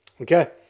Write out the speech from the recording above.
Okay